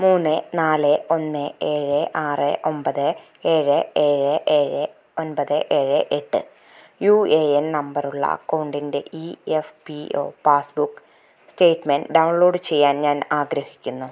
മൂന്ന് നാല് ഒന്ന് ഏഴ് ആറ് ഒൻപത് ഏഴ് ഏഴ് ഏഴ് ഒൻപത് ഏഴ് എട്ട് യു എ എൻ നമ്പർ ഉള്ള അക്കൗണ്ടിൻ്റെ E F P O passbook statement download ചെയ്യാൻ ഞാൻ ആഗ്രഹിക്കുന്നു